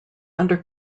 under